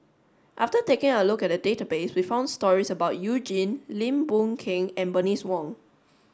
after taking a look at the database we found stories about You Jin Lim Boon Keng and Bernice Wong